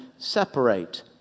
separate